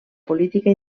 política